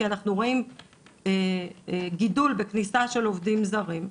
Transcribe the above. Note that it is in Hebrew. כי אנחנו רואים גידול בכניסה של עובדים זרים.